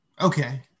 Okay